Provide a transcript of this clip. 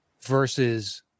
versus